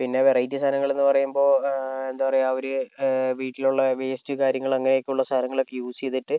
പിന്നെ വെറൈറ്റി സാധനങ്ങളെന്ന് പറയുമ്പോൾ എന്താ പറയുക ഒരു വീട്ടിലുള്ള വേസ്റ്റ് കാര്യങ്ങൾ അങ്ങനെയൊക്കെയുള്ള സാധനങ്ങളൊക്കെ യൂസ് ചെയ്തിട്ട്